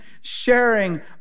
sharing